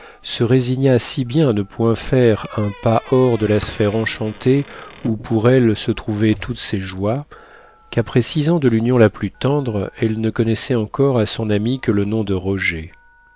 se résigna si bien à ne point faire un pas hors de la sphère enchantée où pour elle se trouvaient toutes ses joies qu'après six ans de l'union la plus tendre elle ne connaissait encore à son ami que le nom de roger